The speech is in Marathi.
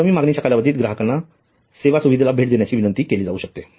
कमी मागणीच्या कालावधीत ग्राहकांना सेवा सुविधेला भेट देण्याची विनंती केली जाऊ शकते